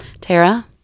Tara